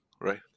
right